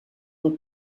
were